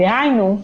דהיינו,